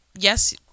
Yes